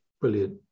brilliant